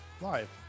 live